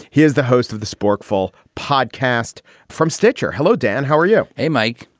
he is the host of the sporkful podcast from stitcher. hello, dan, how are you? hey, mike.